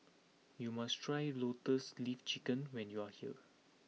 you must try Lotus Leaf Chicken when you are here